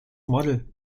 model